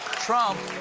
trump